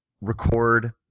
record